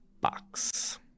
box